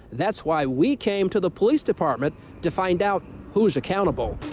that's why we came to the police department to find out who's accountable.